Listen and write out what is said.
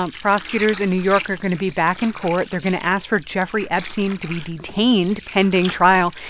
um prosecutors in new york are going to be back in court. they're going to ask for jeffrey epstein to be detained pending trial.